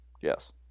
Yes